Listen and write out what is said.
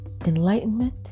enlightenment